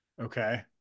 Okay